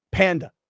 panda